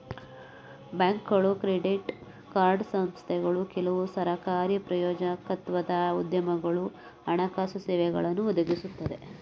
ಬ್ಯಾಂಕ್ಗಳು credit card ಸಂಸ್ಥೆಗಳು ಕೆಲವು ಸರಕಾರಿ ಪ್ರಾಯೋಜಕತ್ವದ ಉದ್ಯಮಗಳು ಹಣಕಾಸು ಸೇವೆಗಳನ್ನು ಒದಗಿಸುತ್ತೆ